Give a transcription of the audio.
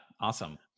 Awesome